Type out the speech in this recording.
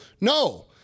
No